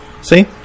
See